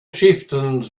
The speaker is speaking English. chieftains